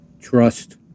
Trust